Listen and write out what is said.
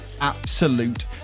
Absolute